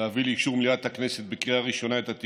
להביא לאישור מליאת הכנסת בקריאה ראשונה את הצעת